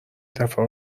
دفعه